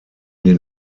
den